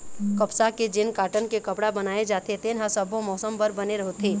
कपसा ले जेन कॉटन के कपड़ा बनाए जाथे तेन ह सब्बो मउसम बर बने होथे